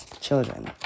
children